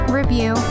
review